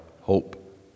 hope